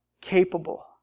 capable